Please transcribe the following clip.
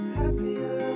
happier